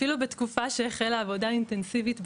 אפילו בתקופה שהחלה עבודה אינטנסיבית בוועדה.